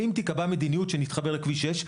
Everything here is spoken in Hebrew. אם תיקבע מדיניות שנתחבר לכביש 6,